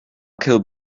kill